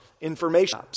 information